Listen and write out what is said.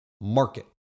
market